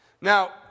Now